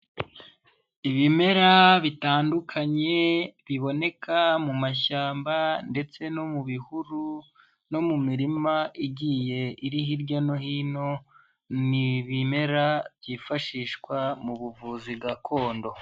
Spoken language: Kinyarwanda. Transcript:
Ibimera bitandukanye biboneka mu mashyamba ndetse no mu bihuru no mu mirima igiye iri hirya no hino, ni ibimera byifashishwa mu buvuzi gakondo.